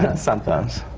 and sometimes.